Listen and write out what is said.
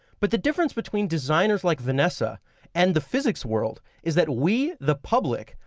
but the difference between designers like vanessa and the physics world is that we, the public,